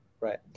Right